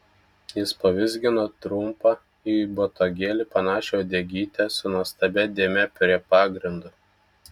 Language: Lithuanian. jis pavizgino trumpą į botagėlį panašią uodegytę su nuostabia dėme prie pagrindo